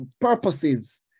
purposes